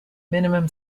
minimum